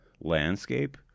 landscape